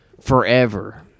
forever